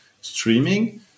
Streaming